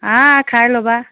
আহা খাই ল'বা